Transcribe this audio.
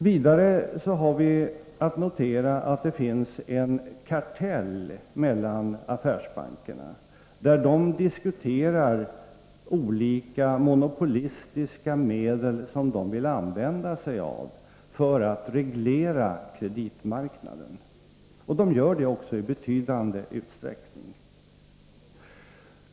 Vidare har vi att notera att det finns en kartell mellan affärsbankerna, där de diskuterar olika monopolistiska medel som de vill använda sig av för att reglera kreditmarknaden. Det gör de också i betydande utsträckning.